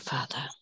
Father